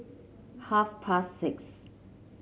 half past six